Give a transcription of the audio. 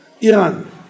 Iran